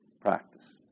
practice